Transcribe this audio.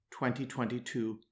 2022